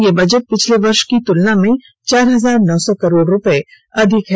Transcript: यह बजट पिछले वर्ष की तुलना में चार हजार नौ सौ करोड़ रुपये अधिक है